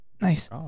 nice